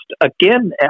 again